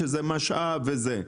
שזה משאב וזה,